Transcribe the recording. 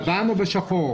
פעלו בלבן או בשחור?